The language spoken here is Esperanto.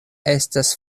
estas